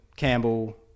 Campbell